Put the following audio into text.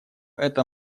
это